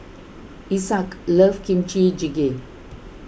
Isaak loves Kimchi Jjigae